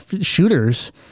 shooters